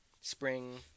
spring